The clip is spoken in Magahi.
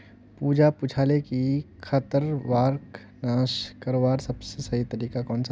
पूजा पूछाले कि खरपतवारक नाश करवार सबसे सही तरीका कौन सा छे